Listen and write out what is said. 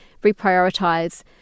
reprioritize